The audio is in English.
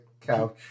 Couch